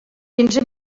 quinze